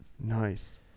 Nice